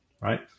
right